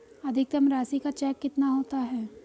अधिकतम राशि का चेक कितना होता है?